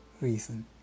reason